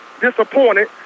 disappointed